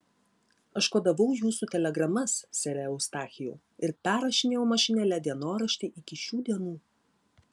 aš kodavau jūsų telegramas sere eustachijau ir perrašinėjau mašinėle dienoraštį iki šių dienų